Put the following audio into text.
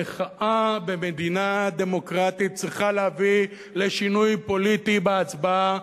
המחאה במדינה דמוקרטית צריכה להביא לשינוי פוליטי בהצבעה